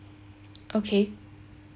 okay